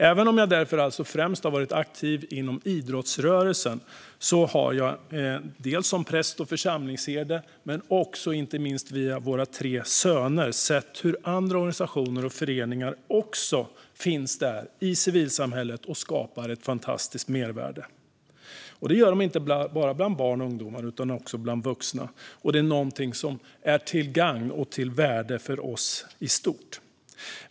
Även om jag alltså främst har varit aktiv inom idrottsrörelsen har jag dels som präst och församlingsherde, dels via våra tre söner sett hur andra organisationer och föreningar också finns där i civilsamhället och skapar ett fantastiskt mervärde inte bara bland barn och ungdomar utan också bland vuxna. Det är någonting som är till gagn och av värde för oss i stort.